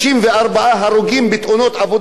בכל סוגי העבודה,